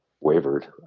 wavered